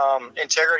integrity